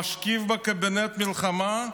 משקיף בקבינט המלחמה,